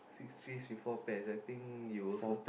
thick trees with four pears I think you also